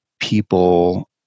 people